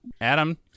Adam